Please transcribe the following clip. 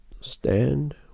Stand